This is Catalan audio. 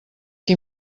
qui